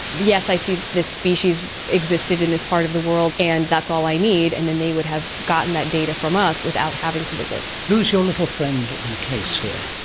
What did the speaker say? yes i see this species existed in this part of the world and that's all i need, and then they would have gotten that data from us without having to visit. who's your little friend in the case here?